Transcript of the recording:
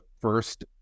first